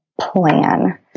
plan